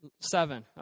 Seven